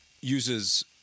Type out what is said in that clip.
uses